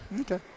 Okay